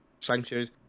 sanctuaries